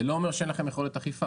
זה לא אומר שאין לכם יכולת אכיפה.